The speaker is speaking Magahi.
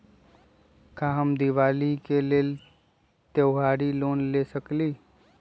का हम दीपावली के लेल त्योहारी लोन ले सकई?